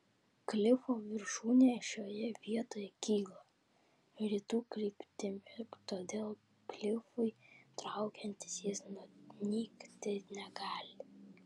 klifo viršūnė šioje vietoje kyla rytų kryptimi todėl klifui traukiantis jis nunykti negali